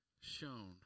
shown